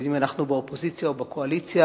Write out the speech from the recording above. אם אנחנו באופוזיציה או בקואליציה,